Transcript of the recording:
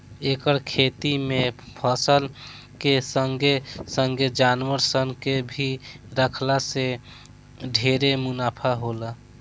एकर खेती में फसल के संगे संगे जानवर सन के भी राखला जे से ढेरे मुनाफा होला